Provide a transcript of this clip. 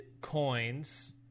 coins